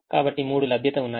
కాబట్టి మూడు లభ్యత ఉన్నాయి